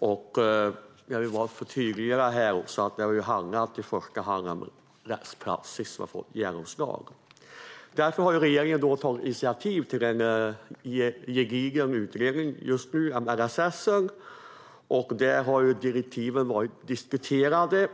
Bara för att tydliggöra kan jag säga att det i första hand har handlat om rättspraxis som har fått genomslag. Regeringen har tagit initiativ till en gedigen utredning om LSS. Direktiven har varit omdiskuterade.